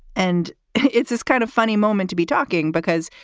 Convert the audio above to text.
and it's this kind of funny moment to be talking because,